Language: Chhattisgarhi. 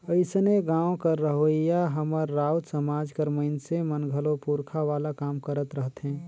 अइसने गाँव कर रहोइया हमर राउत समाज कर मइनसे मन घलो पूरखा वाला काम करत रहथें